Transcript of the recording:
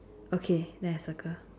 okay then I circle